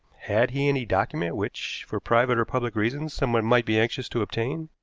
had he any document which, for private or public reasons, someone might be anxious to obtain?